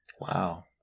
Wow